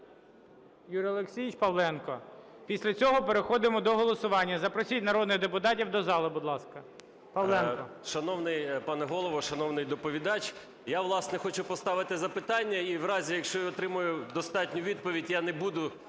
Юрій Олексійович Павленко. Після цього переходимо до голосування. Запросіть народних депутатів до зали, будь ласка. Павленко. 14:38:10 ПАВЛЕНКО Ю.О. Шановний пане Голово, шановний доповідач! Я, власне, хочу поставити запитання. І в разі, якщо я отримаю достатню відповідь, я не буду